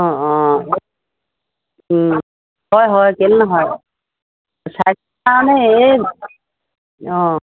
অঁ অঁ হয় হয় কেলৈ নহয়নো চাই কাৰণে এই অঁ